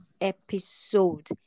episode